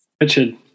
Richard